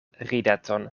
rideton